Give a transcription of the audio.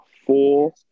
Four